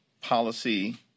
policy